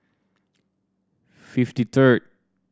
fifty third